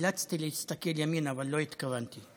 נאלצתי להסתכל ימינה אבל לא התכוונתי,